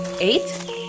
Eight